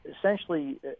essentially